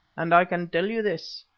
and i can tell you this,